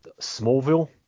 Smallville